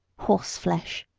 horseflesh!